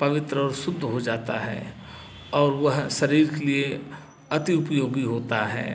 पवित्र और शुद्ध हो जाता है और वह शरीर के लिए अति उपयोगी होता है